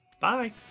Bye